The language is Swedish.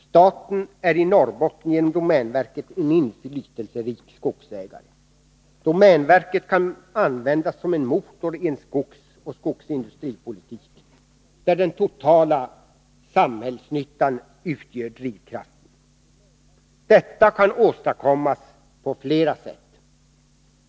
Staten är i Norrbotten genom domänverket en inflytelserik skogsägare. Domänverket kan användas som en motor i en skogsoch skogsindustripolitik där den totala samhällsnyttan utgör drivkraften. Detta kan åstadkommas på flera sätt.